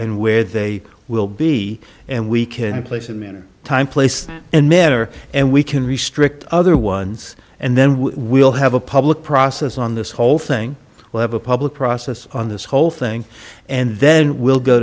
and where they will be and we can place them in a time place and manner and we can restrict other ones and then we will have a public process on this whole thing well have a public process on this whole thing and then we'll go